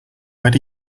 where